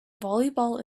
volleyball